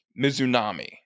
Mizunami